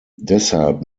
deshalb